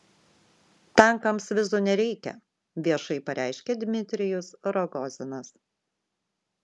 tankams vizų nereikia viešai pareiškia dmitrijus rogozinas